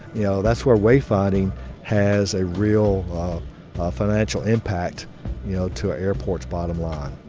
you know that's where wayfinding has a real financial impact you know to an airport's bottom-line.